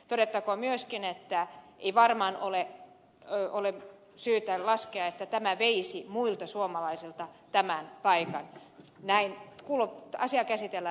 todettakoon myöskin että ei varmaan ole syytä laskea että tämä veisi muilta suomalaisilta tämän päivän naivi kuluttaa sian esitellä